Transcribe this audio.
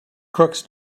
crooks